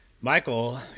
Michael